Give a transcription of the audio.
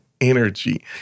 energy